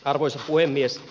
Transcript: arvoisa puhemies